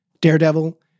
Daredevil